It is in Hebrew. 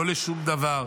לא לשום דבר,